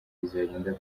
bizagenda